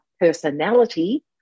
personality